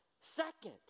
Second